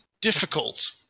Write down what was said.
difficult